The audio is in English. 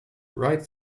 right